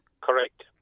Correct